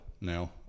now